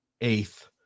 eighth